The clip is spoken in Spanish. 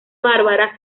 bárbara